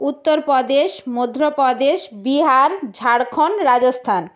Uttar Pradesh Madhya Pradesh Bihar Jharkhand Rajasthan